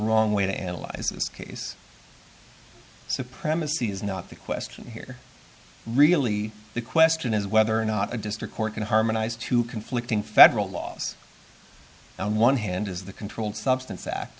wrong way to analyze this case supremacy is not the question here really the question is whether or not a district court can harmonize two conflicting federal laws on one hand is the controlled substance act